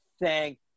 thank